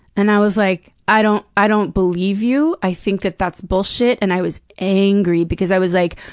and i was like, i don't i don't believe you. i think that that's bullshit, and i was angry because i was like,